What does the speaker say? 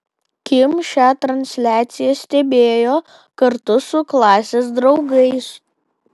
kim šią transliaciją stebėjo kartu su klasės draugais